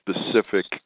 specific